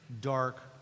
dark